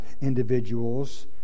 individuals